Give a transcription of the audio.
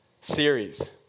series